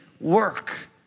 work